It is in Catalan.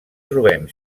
trobem